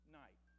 night